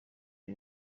the